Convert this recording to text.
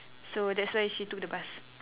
so that's why she took the bus